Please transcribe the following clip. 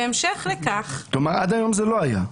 בהמשך לכך --- עד היום זה לא היה.